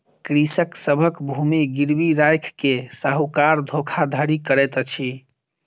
कृषक सभक भूमि गिरवी राइख के साहूकार धोखाधड़ी करैत अछि